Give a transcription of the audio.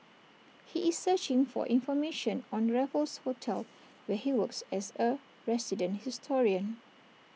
he is searching for information on Raffles hotel where he works as A resident historian